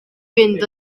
fynd